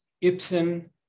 Ibsen